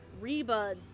Reba